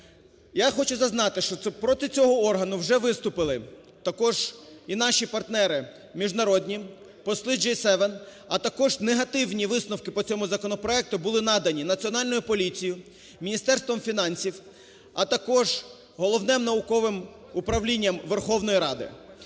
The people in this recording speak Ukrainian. Я хочу зазначити, що проти цього органу вже виступили також і наші партнери міжнародні, посли G7, також негативні висновки по цьому законопроекту були надані Національною поліцією, Міністерством фінансів, а також Головним науковим управлінням Верховної Ради.